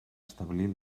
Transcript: establir